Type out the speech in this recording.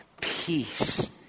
peace